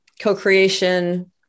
co-creation